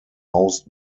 most